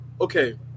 okay